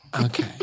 Okay